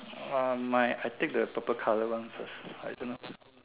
um my I take the purple color one first I don't know